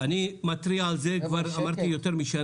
אני מתריע על זה כבר יותר משנה.